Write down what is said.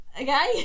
Okay